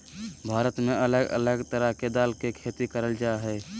भारत में अलग अलग तरह के दाल के खेती करल जा हय